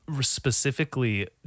specifically